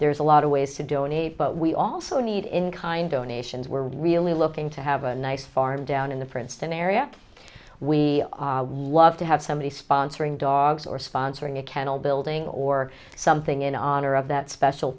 there's a lot of ways to donate but we also need in kind o nations we're really looking to have a nice farm down in the princeton area we love to have somebody sponsoring dogs or sponsoring a kennel building or something in honor of that special